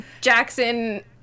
Jackson